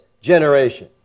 generation